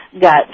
got